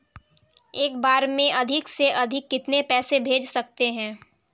एक बार में अधिक से अधिक कितने पैसे भेज सकते हैं?